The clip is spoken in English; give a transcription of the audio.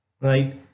right